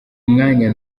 mwanya